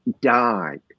died